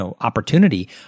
opportunity